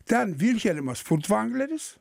ten vilhelmas futvangleris